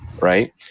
right